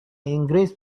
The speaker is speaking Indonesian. inggris